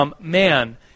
man